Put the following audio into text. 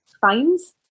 fines